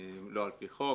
לא על פי חוק,